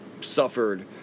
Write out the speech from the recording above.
suffered